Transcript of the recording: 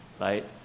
right